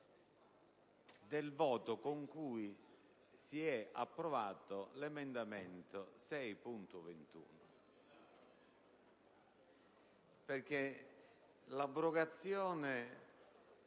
del voto con cui si è approvato l'emendamento 6.21. L'abrogazione